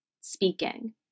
speaking